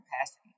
capacity